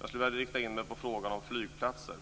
Jag skulle vilja rikta in mig på frågan om flygplatser,